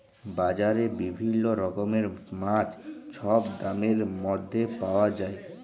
বাজারে বিভিল্ল্য রকমের মাছ ছব দামের ম্যধে পাউয়া যায়